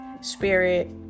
spirit